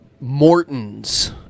Morton's